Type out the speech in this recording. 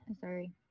Sorry